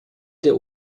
der